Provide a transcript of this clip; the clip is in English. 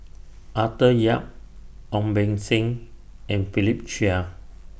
Arthur Yap Ong Beng Seng and Philip Chia